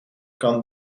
kan